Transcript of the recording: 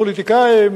הפוליטיקאים,